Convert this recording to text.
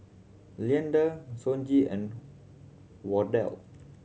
Leander Sonji and Wardell